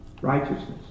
righteousness